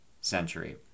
century